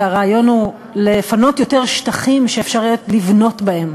והרעיון הוא לפנות יותר שטחים שאפשר יהיה לבנות בהם,